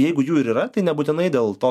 jeigu jų yra tai nebūtinai dėl to